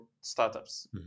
startups